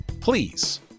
Please